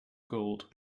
gold